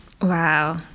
wow